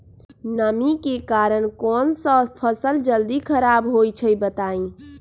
नमी के कारन कौन स फसल जल्दी खराब होई छई बताई?